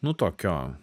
nu tokio